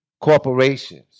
corporations